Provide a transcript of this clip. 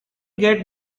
get